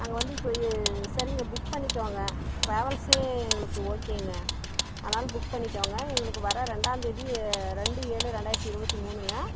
நாங்கள் வந்து இப்போ சரிங்க புக் பண்ணிக்கோங்க ட்ராவல்ஸே எங்களுக்கு ஓகேங்க அதனால் புக் பண்ணிக்கோங்க எங்களுக்கு வர ரெண்டாம்தேதி ரெண்டு ஏழு ரெண்டாயிரத்து இருபத்தி மூணுங்க